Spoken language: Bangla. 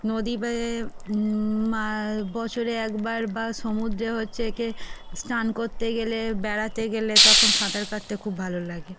নদী বা বছরে একবার বা সমুদ্রে হচ্ছে একে স্নান করতে গেলে বেড়াতে গেলে তখন সাঁতার কাটতে খুব ভালো লাগে